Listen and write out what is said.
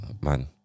man